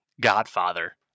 Godfather